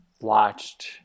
watched